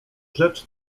rzecz